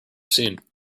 seen